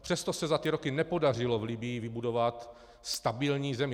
Přesto se za ty roky nepodařilo v Libyi vybudovat stabilní zemi.